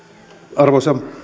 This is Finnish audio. arvoisa